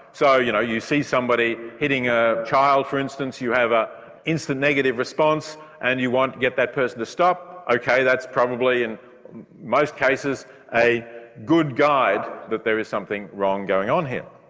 so you know you see somebody hitting a child, for instance, you have an instant negative response and you want to get that person to stop. ok, that's probably in most cases a good guide that there is something wrong going on here.